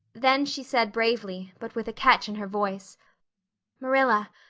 then she said bravely, but with a catch in her voice marilla,